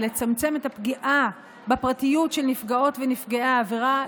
היא לצמצם את הפגיעה בפרטיות של נפגעות ונפגעי העבירה,